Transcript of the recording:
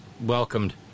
welcomed